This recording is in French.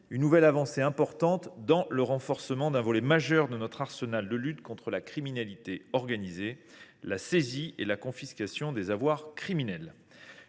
une nouvelle avancée importante pour renforcer un volet majeur de notre arsenal de lutte contre la criminalité organisée : la saisie et la confiscation des avoirs criminels.